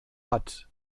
hat